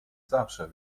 zawsze